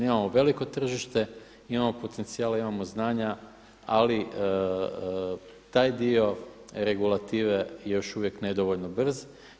Imamo veliko tržište, imamo potencijale, imamo znanja ali taj dio regulative je još uvijek nedovoljno brz.